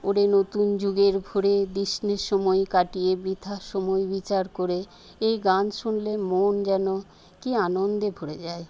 ওরে নতুন যুগের ভোরে দিস নে সময় কাটিয়ে বৃথা সময় বিচার করে এই গান শুনলে মন যেন কি আনন্দে ভরে যায়